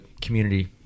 community